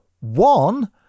one